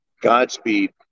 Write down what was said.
Godspeed